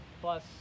plus